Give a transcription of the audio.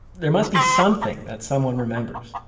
there must be something that someone remembers,